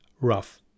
rough